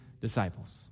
disciples